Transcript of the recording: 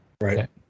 Right